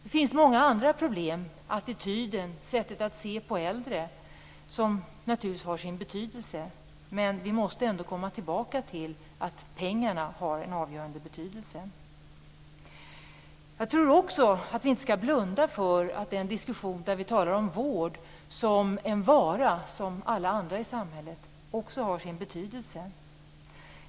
Det finns många andra problem, attityder, sättet att se på äldre, som naturligtvis har betydelse. Men vi måste ändå komma tillbaka till att pengarna har en avgörande betydelse. Jag tror också att vi inte skall blunda för att diskussionen om vård som en vara som alla andra varor i samhället också har betydelse.